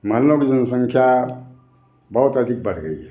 मोहल्लों की जनसंख्या बहुत अधिक बढ़ गई है